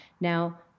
Now